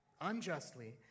unjustly